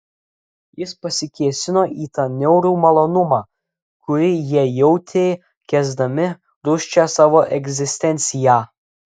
jis pasikėsino į tą niaurų malonumą kurį jie jautė kęsdami rūsčią savo egzistenciją